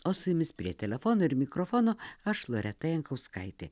o su jumis prie telefono ir mikrofono aš loreta jankauskaitė